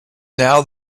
now